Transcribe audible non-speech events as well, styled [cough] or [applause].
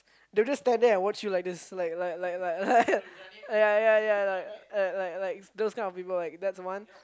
they just stand there and watch you like there's [laughs] ya ya ya like like like like ya ya ya like like like those kind of people that's the one